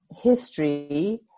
history